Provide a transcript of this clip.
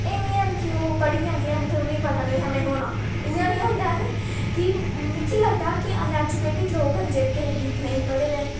एह् निं ऐ न कि ओह् पढ़ी दी निं ऐ न ते उ'नें ई पता निं ऐ कि में नौह्ना इ'यां निं होंदा ऐ निं कि मिगी लगदा कि अनएजुकेटड लोक न जेह्के नेईं पढ़े दे